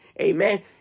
amen